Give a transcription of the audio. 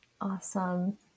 Awesome